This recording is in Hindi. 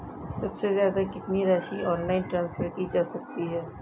सबसे ज़्यादा कितनी राशि ऑनलाइन ट्रांसफर की जा सकती है?